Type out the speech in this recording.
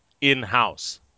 In-house